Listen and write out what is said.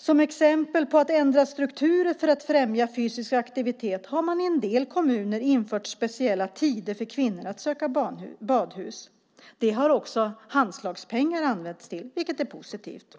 Som exempel på ändrade strukturer för att främja fysisk aktivitet kan jag nämna att man i en del kommuner har infört speciella tider för kvinnor att besöka badhus. Det har också Handslagspengar använts till, vilket är positivt.